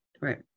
right